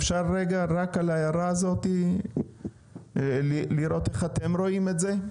אפשר רגע רק על ההערה הזאת לראות איך אתם רואים את זה?